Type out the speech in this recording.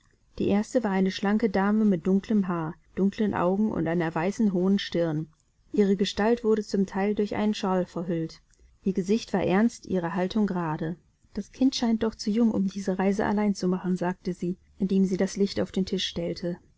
die erste war eine schlanke dame mit dunklem haar dunklen augen und einer weißen hohen stirn ihre gestalt wurde zum teil durch einen shawl verhüllt ihr gesicht war ernst ihre haltung gerade das kind scheint doch zu jung um diese reise allein zu machen sagte sie indem sie das licht auf den tisch stellte